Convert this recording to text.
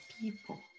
people